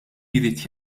jrid